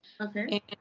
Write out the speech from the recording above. Okay